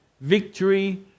victory